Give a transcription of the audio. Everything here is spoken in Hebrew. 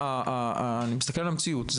אני מסתכל על המציאות,